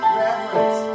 reverence